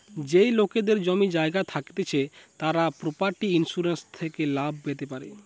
যেই লোকেদের জমি জায়গা থাকতিছে তারা প্রপার্টি ইন্সুরেন্স থেকে লাভ পেতে পারে